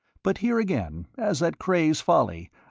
but here again, as at cray's folly,